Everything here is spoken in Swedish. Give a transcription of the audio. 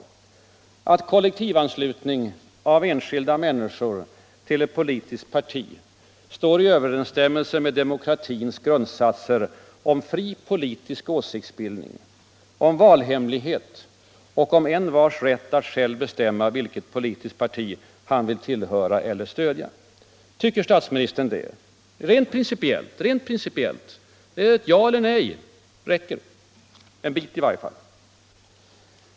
Tycker statsminister Palme att kollektivanslutning av enskilda människor till ett politiskt parti står i överensstämmelse med demokratins grundsatser om fri politisk åsiktsbildning, valhemlighet och envars rätt att själv bestämma vilket politiskt parti han vill tillhöra eller stödja? Tycker statsministern det? Kan herr statsministern ge ett rent principiellt svar på den frågan? Jag vill ha ett ja eller nej, det räcker en bit i varje fall.